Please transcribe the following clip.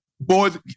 Boys